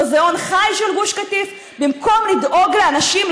מוזיאון חי של גוש קטיף במקום לדאוג לאנשים,